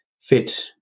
fit